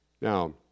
Now